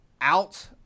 out